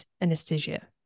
anesthesia